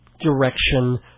direction